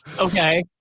Okay